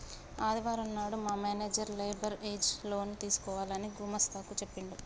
ఆదివారం నాడు మా మేనేజర్ లేబర్ ఏజ్ లోన్ తీసుకోవాలని గుమస్తా కు చెప్పిండు